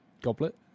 Goblet